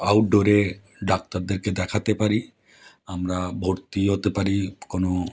আউটডোরে ডাক্তারদেরকে দেখাতে পারি আমরা ভর্তি হতে পারি কোনও